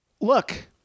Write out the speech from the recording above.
look